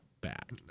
back